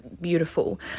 beautiful